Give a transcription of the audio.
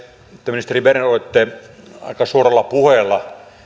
te ministeri berner olette aika suurella puheella